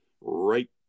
right